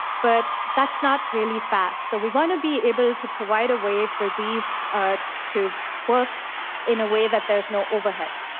but that's not really fast. so we want to be able to provide a way for these ah to work in a way that there's no overhead.